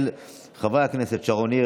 של חברי הכנסת שרון ניר,